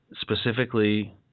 specifically